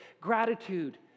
Gratitude